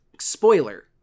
Spoiler